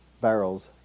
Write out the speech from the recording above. barrels